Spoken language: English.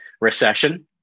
recession